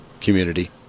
community